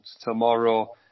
tomorrow